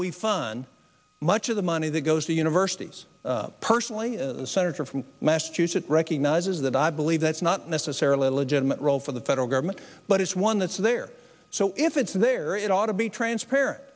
we fun much of the money that goes to universities personally and senator from massachusetts recognizes that i believe that's not necessarily a legitimate role for the federal government but it's one that's there so if it's there it ought to be transparent